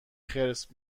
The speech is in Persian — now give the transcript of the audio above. خرس